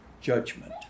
judgment